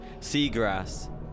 Seagrass